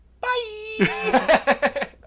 Bye